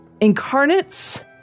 incarnates